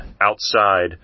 outside